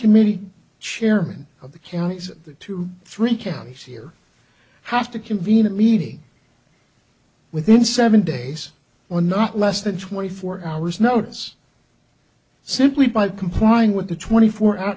committee chairman of the counties that two or three counties here have to convene a meeting within seven days on not less than twenty four hours notice simply by complying with the twenty four